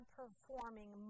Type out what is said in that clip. performing